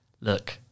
look